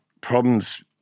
problems